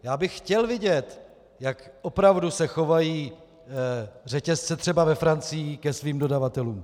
Já bych chtěl vidět, jak opravdu se chovají řetězce třeba ve Francii ke svým dodavatelům.